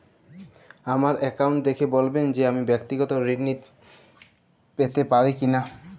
আমার অ্যাকাউন্ট দেখে বলবেন যে আমি ব্যাক্তিগত ঋণ পেতে পারি কি না?